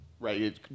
Right